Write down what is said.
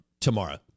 tomorrow